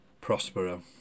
prospero